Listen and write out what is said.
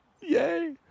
Yay